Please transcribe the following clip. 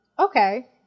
Okay